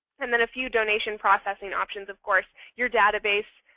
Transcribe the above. and then a few donation processing options, of course. your database,